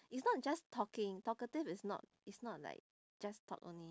it's not just talking talkative is not is not like just talk only